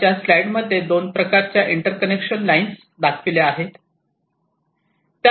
वरच्या स्लाईड मध्ये दोन प्रकारच्या इंटर्कनेक्शन लाइन्स दाखविल्या आहेत